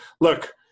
look